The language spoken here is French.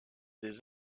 des